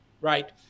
Right